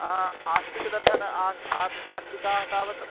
आस्तिकदर्शनं आस्तिकाः तावत्